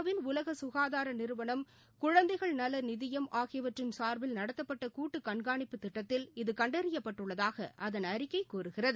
win உலக சுகாதார நிறுவனம் குழந்தைகள் நல நிதியம் ஆகியவற்றின் சார்பில் நடத்தப்பட்ட கூட்டு கண்காணிப்பு திட்டத்தில் இது கண்டறியப்பட்டுள்ளதாக அதன் அறிக்கை கூறுகிறது